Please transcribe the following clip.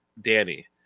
Danny